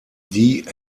die